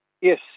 Yes